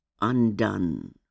undone